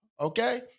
okay